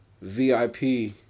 VIP